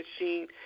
machine